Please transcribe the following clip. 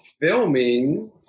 filming